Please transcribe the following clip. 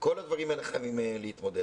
עם כל הדברים האלה חייבים להתמודד.